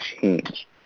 change